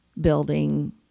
building